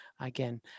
again